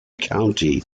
county